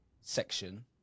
section